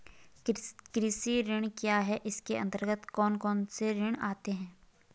कृषि ऋण क्या है इसके अन्तर्गत कौन कौनसे ऋण आते हैं?